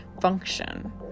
function